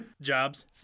jobs